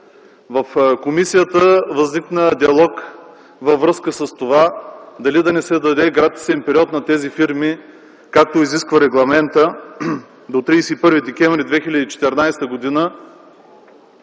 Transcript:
В комисията възникна диалог във връзка с това дали да не се даде гратисен период на тези фирми, както изисква регламентът – до 31 декември 2014 г.,